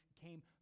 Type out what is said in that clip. came